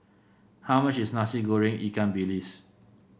how much is Nasi Goreng Ikan Bilis